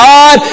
God